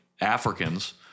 Africans